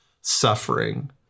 suffering